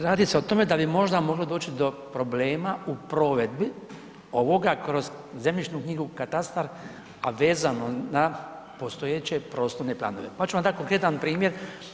Radi se o tome da bi možda moglo doći do problema u provedbi ovoga kroz zemljišnu knjigu, katastar a vezano na postojeće prostorne planove pa ću vam dat konkretan primjer.